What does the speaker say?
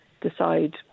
decide